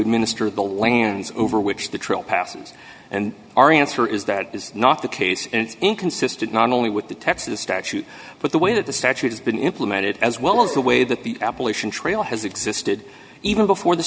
administer the lands over which the trial passes and our answer is that is not the case and it's inconsistent not only with the texas statute but the way that the statute has been implemented as well as the way that the appalachian trail has existed even before the